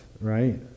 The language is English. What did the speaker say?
right